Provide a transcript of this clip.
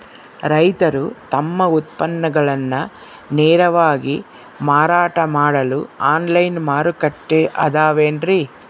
ರೈತರು ತಮ್ಮ ಉತ್ಪನ್ನಗಳನ್ನ ನೇರವಾಗಿ ಮಾರಾಟ ಮಾಡಲು ಆನ್ಲೈನ್ ಮಾರುಕಟ್ಟೆ ಅದವೇನ್ರಿ?